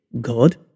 God